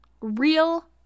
Real